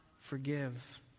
forgive